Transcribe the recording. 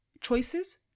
choices